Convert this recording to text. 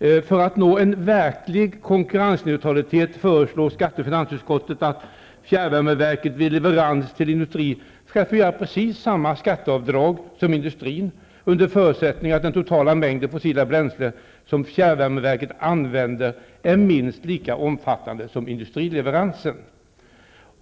För att nå en verklig konkurrensneutralitet föreslår skatte och finansutskotten att fjärrvärmeverket vid leverans till industrin skall få göra precis samma skatteavdrag som industrin, under förutsättning att den totala mängden fossila bränslen som fjärrvärmeverket använder är minst lika omfattande som industrileveransen.